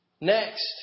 Next